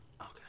Okay